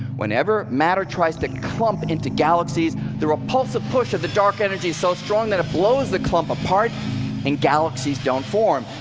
whenever matter tries to clump into galaxies, the repulsive push of the dark energy is so strong that it blows the clump apart and galaxies don't form.